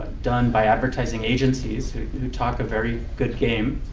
done by advertising agencies who who talk a very good game.